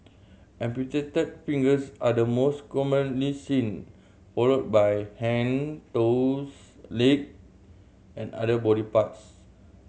amputated fingers are the most commonly seen followed by hand toes leg and other body parts